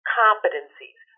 competencies